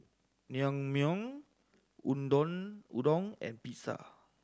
Naengmyeon Udon and Pizza